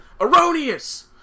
Erroneous